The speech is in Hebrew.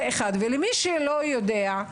למי מחברי הכנסת שלא יודע,